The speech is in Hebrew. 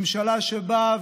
ממשלה שבאה,